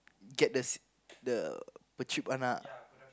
get the s~ the the cheap one ah